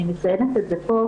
אני מציינת את זה פה,